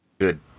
Good